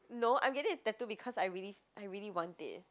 no I'm getting a tattoo because I really I really want it